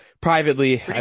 privately